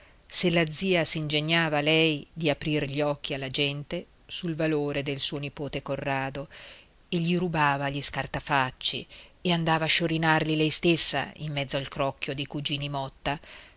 se la zia s'ingegnava lei di aprir gli occhi alla gente sul valore del suo nipote corrado e gli rubava gli scartafacci e andava a sciorinarli lei stessa in mezzo al crocchio dei cugini motta